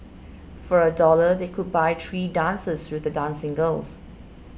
for a dollar they could buy three dances with the dancing girls